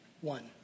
one